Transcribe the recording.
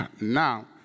now